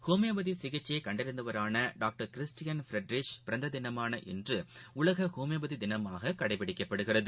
ஹோமியோபதிசிகிச்சையைகண்டறிந்தவரானடாக்டர் Christian Friedrich பிறந்ததினமான இன்றுஉலகஹோமியோபதிதினமாககடைபிடிக்கப்படுகிறது